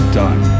done